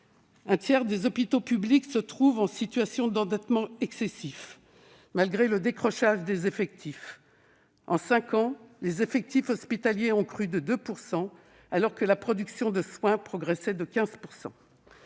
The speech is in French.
Un tiers des hôpitaux publics se trouvent en situation d'endettement excessif malgré le décrochage des effectifs. En cinq ans, les effectifs hospitaliers ont crû de 2 %, alors que la production de soins progressait de 15 %.